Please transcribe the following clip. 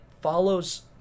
follows